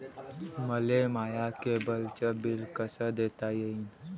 मले माया केबलचं बिल कस देता येईन?